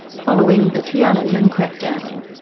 following the tiananmen crackdown.